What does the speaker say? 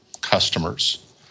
customers